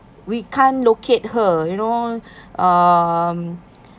we can't locate her you know um